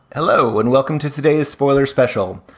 hello and welcome to today's spoiler special.